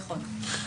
נכון.